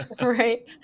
right